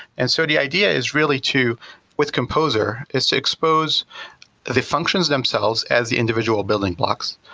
and so the idea is really to with composer is to expose the functions themselves as the individual building blocks,